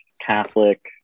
Catholic